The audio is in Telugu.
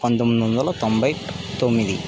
పంతొమ్మిది వందల తొంభై తొమ్మిది